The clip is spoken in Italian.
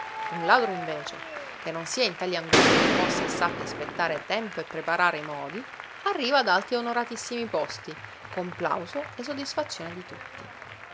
un ladro invece che non sia in tali angustie e possa e sappia aspettar tempo e preparare i modi arriva ad alti e onoratissimi posti con plauso e soddisfazione di tutti